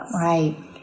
Right